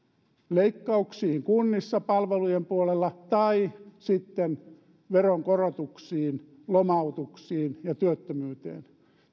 leikkauksiin kunnissa palvelujen puolella tai sitten veronkorotuksiin lomautuksiin ja työttömyyteen